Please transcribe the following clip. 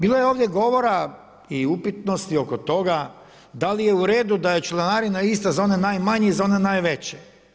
Bilo je ovdje govora i upitnosti oko toga da li je u redu da je članarina ista za one najmanje i za one najveće?